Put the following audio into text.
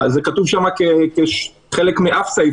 זה כתוב שם כחלק מאף סעיף,